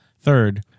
Third